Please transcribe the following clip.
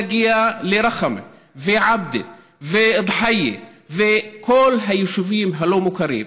ולא נגיע לרחמה ועבדה ודחייה וכל היישובים הלא-מוכרים,